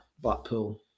Blackpool